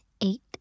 eight